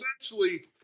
essentially